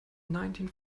nineteen